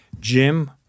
Jim—